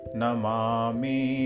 namami